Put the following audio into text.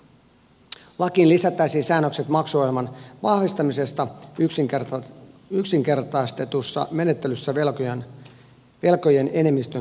lakiin lisättäisiin säännökset maksuohjelman vahvistamisesta yksinkertaistetussa menettelyssä velkojien enemmistön suostumuksella